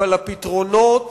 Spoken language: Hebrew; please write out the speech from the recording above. אבל הפתרונות